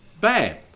Bad